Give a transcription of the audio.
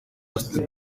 studio